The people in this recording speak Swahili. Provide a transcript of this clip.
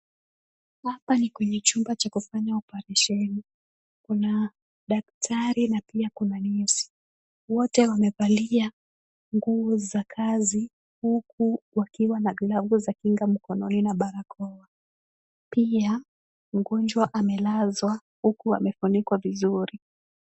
Hapa ni kwenye chumba cha kufanya oparesheni. Kuna daktari na pia kuna nesi. Wote wamevalia nguo za kazi huku wakiwa na glavu za kinga mkononi na barakoa. Pia mgonjwa amelazwa huku amefunikwa vizuri.